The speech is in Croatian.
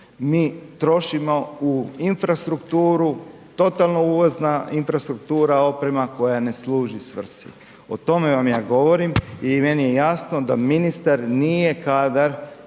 mi trošimo u infrastrukturu, totalno uvozna infrastruktura, oprema koja ne služi svrsi, o tome vam ja govorim i meni je jasno da ministar nije kadar